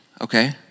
okay